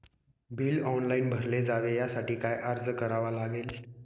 Bill online भरले जावे यासाठी काय अर्ज करावा लागेल?